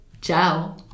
Ciao